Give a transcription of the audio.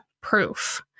proof